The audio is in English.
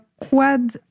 quad